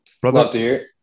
Brother